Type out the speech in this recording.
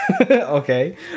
okay